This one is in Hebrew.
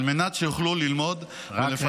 על מנת שיוכלו ללמוד ולפתח את עתידם המקצועי,